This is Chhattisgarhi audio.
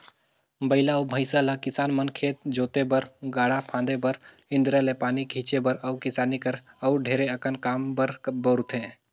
बइला अउ भंइसा ल किसान मन खेत जोते बर, गाड़ा फांदे बर, इन्दारा ले पानी घींचे बर अउ किसानी कर अउ ढेरे अकन काम बर बउरथे